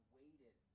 waited